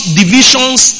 divisions